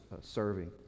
serving